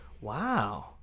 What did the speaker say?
Wow